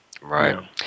Right